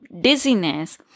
dizziness